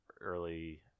early